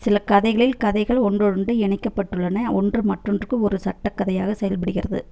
சில கதைகளில் கதைகள் ஒன்றோடொன்று இணைக்கப்பட்டுள்ளன ஒன்று மற்றொன்றுக்கு ஒரு சட்டகக் கதையாக செயல்படுகிறது